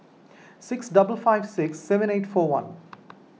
six double five six seven eight four one